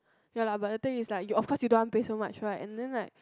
ya lah but the thing is like you of course you don't want pay so much right and then like